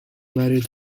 married